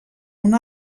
una